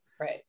Right